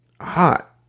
hot